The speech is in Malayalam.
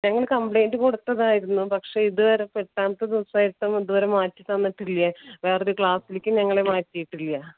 ഞങ്ങൾ കംപ്ലയിൻറ് കൊടുത്തതായിരുന്നു പക്ഷേ ഇതുവരെ ഇപ്പോൾ എട്ടാമത്തെ ദിവസമായിട്ടും ഇതുവരെ മാറ്റിത്തന്നിട്ടില്ല വേറെയൊരു ക്ലാസ്സിലേക്കും ഞങ്ങളെ മാറ്റിയിട്ടില്ല